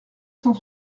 cent